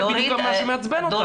זה בדיוק מה שמעצבן אותנו.